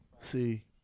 See